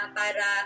para